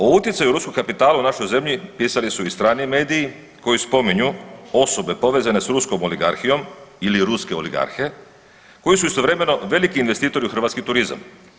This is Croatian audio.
O utjecaju ruskog kapitala u našoj zemlji pisali su i strani mediji koji spominju osobe povezane s ruskom oligarhijom ili ruske oligarhe koji su istovremeno veliki investitori u hrvatski turizam.